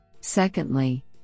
Secondly